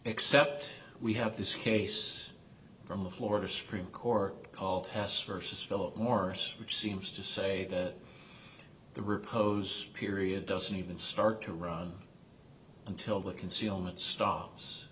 except we have this case from the florida supreme court has versus philip morris which seems to say that the repos period doesn't even start to run until the concealment stops